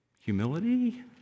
Humility